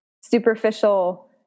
superficial